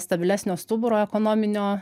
stabilesnio stuburo ekonominio